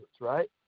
right